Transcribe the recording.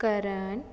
ਕਰਨ